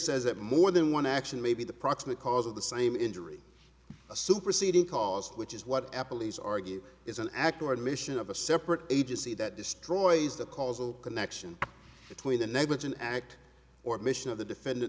says that more than one action may be the proximate cause of the same injury a superseding caused which is what apple is argue is an act or admission of a separate agency that destroys the causal connection between the negligent act or mission of the defendant